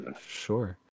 Sure